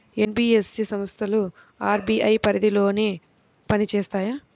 NBFC సంస్థలు RBI పరిధిలోనే పని చేస్తాయా?